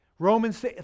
Romans